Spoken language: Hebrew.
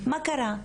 'מה קרה'.